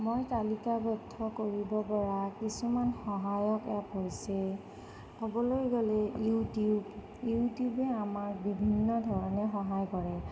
মই তালিকাবদ্ধ কৰিব পৰা কিছুমান সহায়ক এপ হৈছে ক'বলৈ গ'লে ইউটিউব ইউটিউবে আমাক বিভিন্ন ধৰণে সহায় কৰে